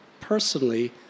personally